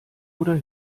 oder